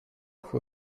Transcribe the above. who